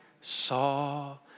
saw